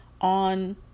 on